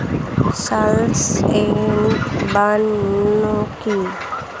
Slash and burn কি?